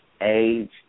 age